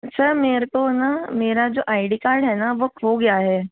sir मेरे को है ना मेरा जो आइ डी कार्ड है ना वो खो गया है